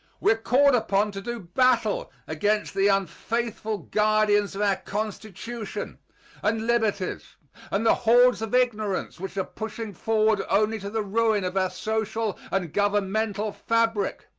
we are called upon to do battle against the unfaithful guardians of our constitution and liberties and the hordes of ignorance which are pushing forward only to the ruin of our social and governmental fabric.